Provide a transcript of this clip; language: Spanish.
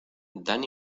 dan